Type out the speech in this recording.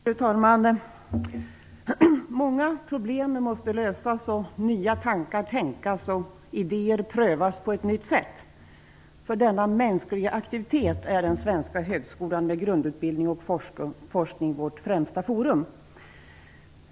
Fru talman! Många problem måste lösas, nya tankar tänkas och idéer prövas på ett nytt sätt. För denna mänskliga aktivitet är den svenska högskolan, med grundutbildning och forskning, vårt främsta forum.